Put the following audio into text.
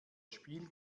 spiel